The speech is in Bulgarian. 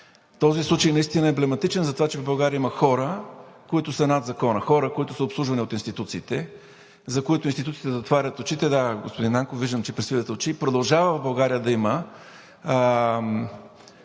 Този случай наистина е емблематичен за това, че в България има хора, които са над закона, хора, които са обслужвани от институциите, за които институциите си затварят очите – да, господин Нанков, виждам, че присвивате очи, и продължава в България да има